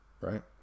right